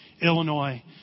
Illinois